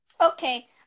Okay